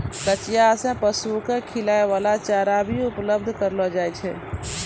कचिया सें पशु क खिलाय वाला चारा भी उपलब्ध करलो जाय छै